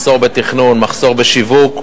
מחסור בתכנון, מחסור בשיווק